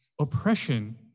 Oppression